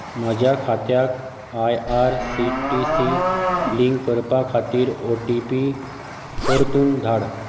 म्हज्या खात्याक I R C T C link करपा खातीर ओ टी पी परतून धाड